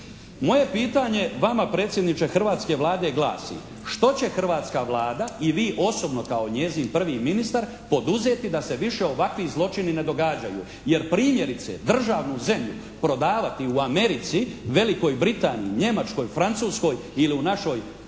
Moje pitanje vama predsjedniče hrvatske Vlade glasi: Što će hrvatska Vlada i vi osobno kao njezin prvi ministar, poduzeti da se više ovakvi zločini ne događaju jer primjerice državnu zemlju prodavati u Americi, Velikoj Britaniji, Njemačkoj, Francuskoj ili u našoj